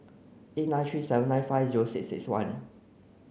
eight nine three seven nine five zero six six one